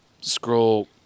scroll